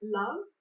love